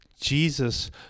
Jesus